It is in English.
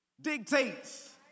Dictates